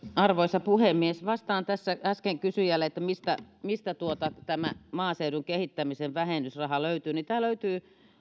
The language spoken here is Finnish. arvoisa puhemies vastaan tässä äskeiselle kysyjälle siihen mistä tämä maaseudun kehittämisen vähennysraha löytyy että tämä löytyy